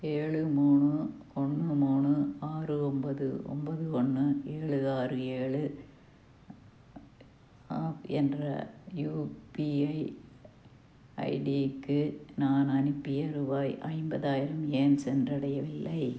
ஏழு மூணு ஒன்று மூணு ஆறு ஒன்பது ஒன்பது ஒன்று ஏழு ஆறு ஏழு அட்டு என்ற யுபிஐ ஐடிக்கு நான் அனுப்பிய ரூபாய் ஐம்பதாயிரம் ஏன் சென்றடையவில்லை